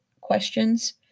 questions